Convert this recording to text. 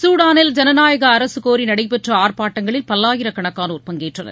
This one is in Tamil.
சூடானில் ஜனநாயக அரசு கோரி நடைபெற்ற ஆர்ப்பாட்டங்களில் பல்லாயிரக்கணக்கானோர் பங்கேற்றனர்